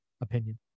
opinion